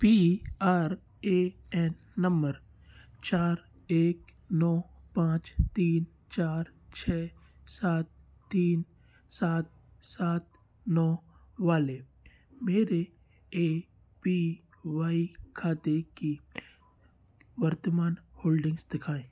P R A N नंबर चार एक नौ पाँच तीन चार छै सात तीन सात सात नौ वाले मेरे ए पी वाई खाते की वर्तमान होल्डिंग्स दिखाएँ